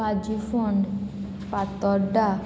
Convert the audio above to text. Pajifond Fatorda